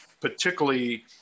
particularly